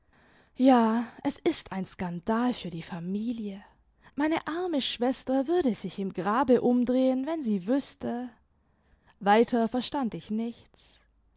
ja es ist ein skandal für die familie meine arme schwester würde sich im grabe umdrehen wenn sie wüßte weiter verstand ich nichts